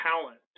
talent